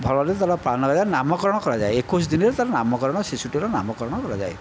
ଭଲରେ ତା'ର ପାଳନରେ ନାମକରଣ କରାଯାଏ ଏକୋଇଶ ଦିନରେ ତା'ର ନାମକରଣ ଶିଶୁଟିର ନାମକରଣ କରାଯାଏ